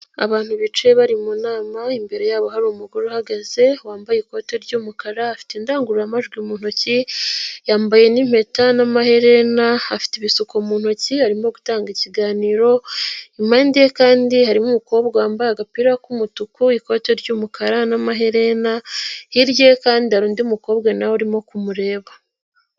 Abantu bicaye bari mu nama, imbere yabo hari umugore uhagaze, wambaye ikote ry'umukara, afite indangururamajwi mu ntoki, yambaye n'impeta n'amaherena, afite ibisuko mu ntoki arimo gutanga ikiganiro, impande ye kandi harimo umukobwa wambaye agapira k'umutuku, ikote ry'umukara n'amaherena, hirya ye kandi hari undi mukobwa nawe arimo kumureba.